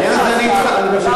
בעניין הזה אני אתך,